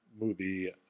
movie